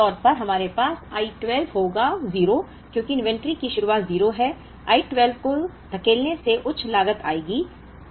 अब आमतौर पर हमारे पास I 12 होगा 0 क्योंकि इन्वेंट्री की शुरुआत 0 है I 12 को धकेलने से उच्च लागत आएगी